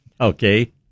Okay